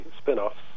spin-offs